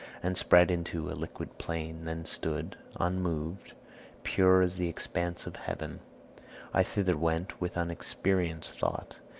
and spread into a liquid plain, then stood unmoved pure as the expanse of heaven i thither went with unexperienced thought,